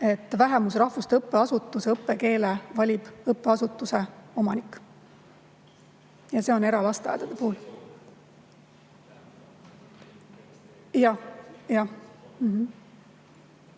vähemusrahvuste õppeasutuse õppekeele valib õppeasutuse omanik. Ja see on eralasteaedade puhul. Jah.